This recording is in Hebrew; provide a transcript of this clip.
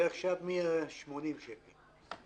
עכשיו השכירות היא 180 שקלים.